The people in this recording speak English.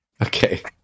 Okay